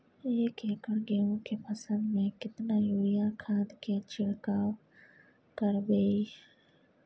एक एकर गेहूँ के फसल में केतना यूरिया खाद के छिरकाव करबैई?